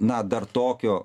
na dar tokio